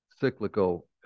cyclical